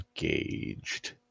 engaged